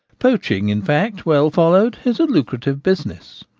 poaching, in fact, well followed, is a lucra tive business.